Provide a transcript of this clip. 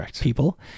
people